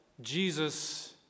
Jesus